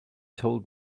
told